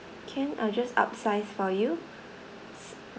can I'll just upsize for you